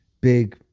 big